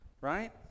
right